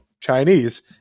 Chinese